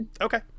Okay